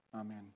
Amen